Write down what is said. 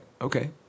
Okay